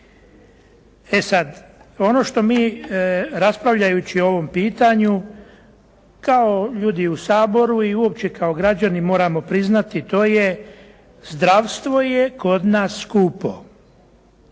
E sada, ono što mi raspravljajući o ovom pitanju, kao ljudi u Saboru i uopće kao građani moramo priznati, to je zdravstvo je kod nas skupo.